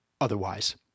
otherwise